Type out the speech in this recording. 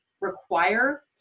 require